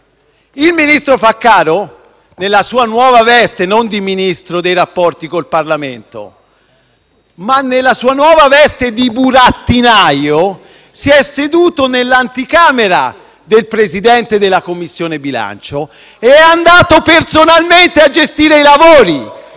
Il ministro Fraccaro, nella sua nuova veste non di Ministro per i rapporti con il Parlamento, ma di burattinaio, si è seduto nell'anticamera del Presidente della Commissione bilancio, è andato personalmente a gestire i lavori